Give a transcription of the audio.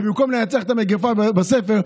ובמקום לנצח את המגפה בספר,